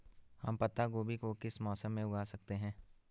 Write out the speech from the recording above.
हम पत्ता गोभी को किस मौसम में उगा सकते हैं?